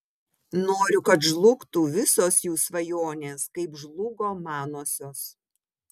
noriu kad žlugtų visos jų svajonės kaip žlugo manosios